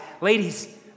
Ladies